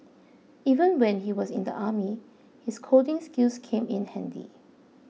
even when he was in the army his coding skills came in handy